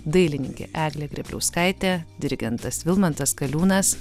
dailininkė eglė grėbliauskaitė dirigentas vilmantas kaliūnas